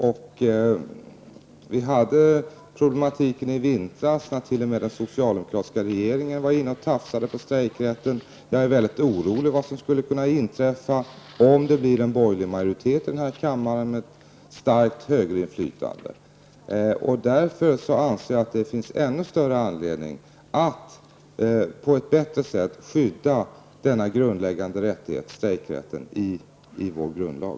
Vi såg den problematiken i vintras när t.o.m. den socialdemokratiska regeringen var inne och tafsade på strejkrätten. Jag är mycket orolig för vad som skulle kunna inträffa om det blir en borgerlig majoritet i denna kammare med ett starkt högerinflytande. Jag anser därför att det finns ännu större anledning att på ett bättre sätt skydda denna grundläggande rättighet, strejkrätten, i vår grundlag.